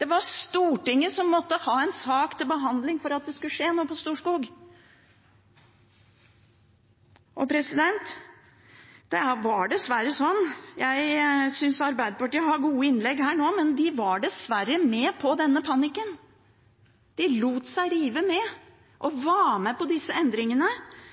Det var Stortinget som måtte ha en sak til behandling for at det skulle skje noe på Storskog. Jeg synes Arbeiderpartiet har gode innlegg nå, men de var dessverre med på denne panikken. De lot seg rive med og var med på disse endringene,